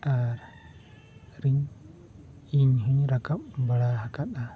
ᱤᱧ ᱟᱨᱤᱧ ᱤᱧᱦᱚᱧ ᱨᱟᱠᱟᱵ ᱵᱟᱲᱟ ᱟᱠᱟᱫᱼᱟ